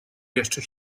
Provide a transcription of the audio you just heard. jeszcze